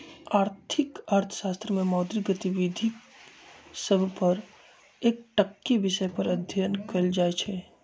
आर्थिक अर्थशास्त्र में मौद्रिक गतिविधि सभ पर एकटक्केँ विषय पर अध्ययन कएल जाइ छइ